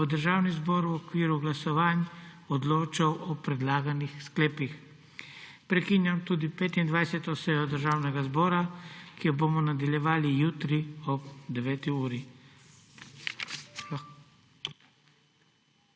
ko bo Državni zbor v okviru glasovanj odločal o predlaganih sklepih. Prekinjam tudi 25. sejo Državnega zbora, ki jo bomo nadaljevali jutri ob 9. uri.